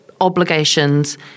obligations